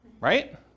right